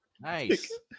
Nice